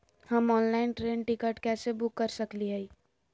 हम online train ticket कैसे book कर सकली हई?